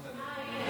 אה, הינה הוא.